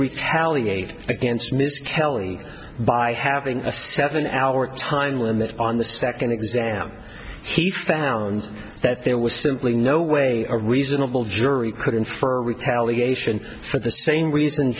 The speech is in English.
retaliate against mr kelly by having a seven hour time limit on the second exam he found that there was simply no way a reasonable jury could infer retaliation for the same reason